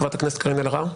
חברת הכנסת קארין אלהרר.